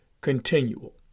continual